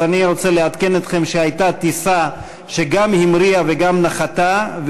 אז אני רוצה לעדכן אתכם שהייתה טיסה שגם המריאה וגם נחתה,